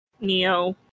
Neo